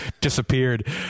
disappeared